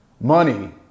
money